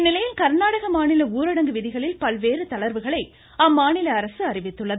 இந்நிலையில் கர்நாடக மாநில ஊரடங்கு விதிகளில் பல்வேறு தளர்வுகளை அம்மாநில அரசு அறிவித்துள்ளது